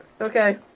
Okay